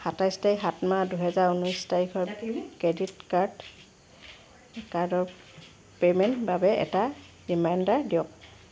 সাতাইশ তাৰিখ সাত মাহ দুহেজাৰ ঊনৈছ তাৰি ক্ৰেডিট কাৰ্ড কাৰ্ডৰ পে'মেণ্ট বাবে এটা ৰিমাইণ্ডাৰ দিয়ক